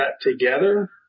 together